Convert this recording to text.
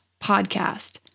podcast